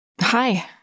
Hi